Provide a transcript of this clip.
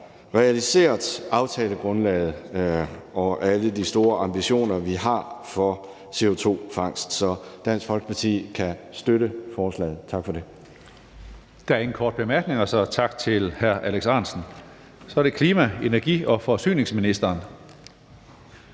realiseret aftalegrundlaget og alle de store ambitioner, vi har for CO2-fangst. Så Dansk Folkeparti kan støtte forslaget. Tak for ordet.